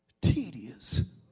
tedious